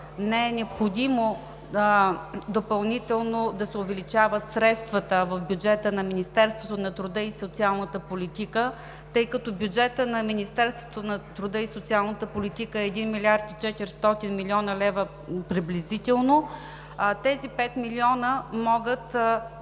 Не е необходимо допълнително да се увеличават средствата в бюджета на Министерството на труда и социалната политика, тъй като бюджетът на Министерството на труда и социалната политика е един милиард и 400 милиона лева приблизително, а тези пет милиона могат да